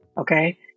Okay